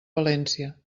valència